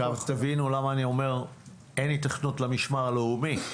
עכשיו תבינו למה אני אומר שאין היתכנות למשמר הלאומי.